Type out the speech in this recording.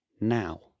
now